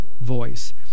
voice